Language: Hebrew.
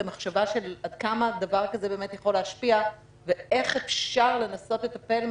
את המחשבה עד כמה דבר כזה באמת יכול להשפיע ואיך אפשר לנסות לטפל,